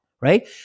Right